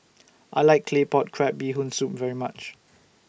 I like Claypot Crab Bee Hoon Soup very much